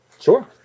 Sure